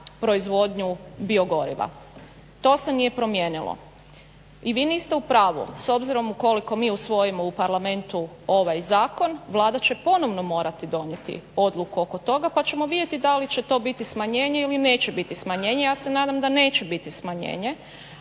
za proizvodnju biogoriva. To se nije promijenilo i vi niste u pravu s obzirom ukoliko mi usvojimo u Parlamentu ovaj zakon Vlada će ponovno morati odluku oko toga pa ćemo vidjeti da li će to biti smanjenje ili neće biti smanjenje. Ja se nadam da neće biti smanjenje,